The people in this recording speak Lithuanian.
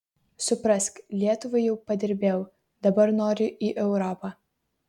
suprask lietuvai jau padirbėjau dabar noriu į europą